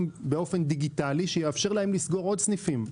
באופן דיגיטלי שיאפשר להם לסגור עוד סניפים.